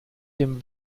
dem